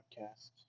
podcast